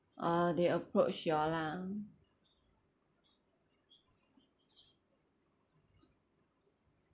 oh they approach you all lah